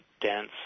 dense